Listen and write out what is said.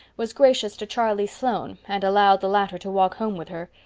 was gracious to charlie sloane and allowed the latter to walk home with her.